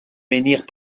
menhirs